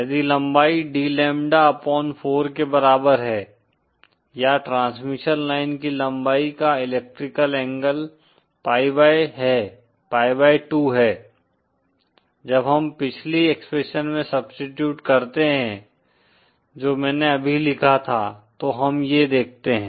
यदि लंबाई D lambda upon 4 के बराबर है या ट्रांसमिशन लाइन की लंबाई का इलेक्ट्रिकल एंगल pi बाई 2 है जब हम पिछली एक्सप्रेशन में सब्स्टीट्यूट करते हैं जो मैंने अभी लिखा था तो हम ये देखते हैं